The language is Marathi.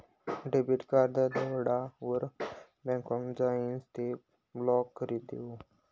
डेबिट कार्ड दवडावर बँकमा जाइसन ते ब्लॉक करी देवो